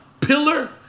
pillar